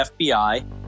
FBI